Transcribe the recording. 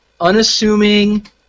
unassuming